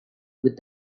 with